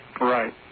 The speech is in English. Right